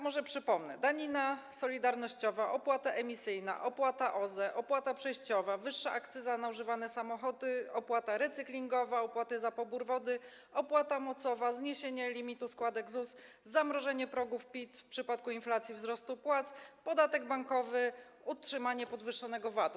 Może przypomnę: danina solidarnościowa, opłata emisyjna, opłata OZE, opłata przejściowa, wyższa akcyza na używane samochody, opłata recyklingowa, opłaty za pobór wody, opłata mocowa, zniesienie limitu składek ZUS, zamrożenie progów PIT w przypadku inflacji wzrostu płac, podatek bankowy, utrzymanie podwyższonego VAT-u.